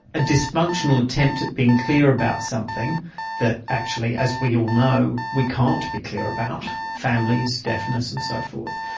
dysfunctional attempt at being clear about something that actually as we all know we can't be clear about families, deafness and so forth.